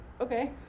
okay